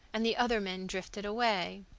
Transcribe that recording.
and the other men drifted away.